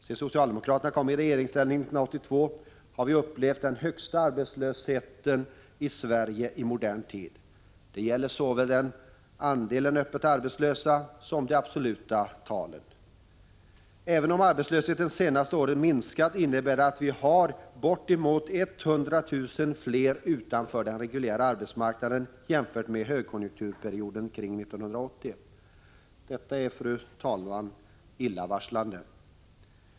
Sedan socialdemokraterna kom i regeringsställning 1982 har vi upplevt den högsta arbetslösheten i Sverige i modern tid. Det gäller såväl andelen öppet arbetslösa som de absoluta arbetslöshetstalen. Även om arbetslösheten under det senaste året har minskat, står bortemot 100 000 fler utanför den reguljära arbetsmarknaden, jämfört med siffrorna under högkonjunkturperioden kring 1980. Detta är illavarslande.